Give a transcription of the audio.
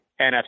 NFC